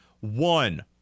One